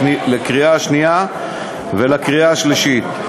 לקריאה שנייה ולקריאה שלישית.